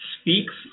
speaks